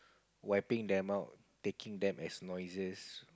wiping them out taking them as noises